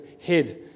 head